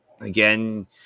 again